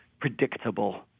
predictable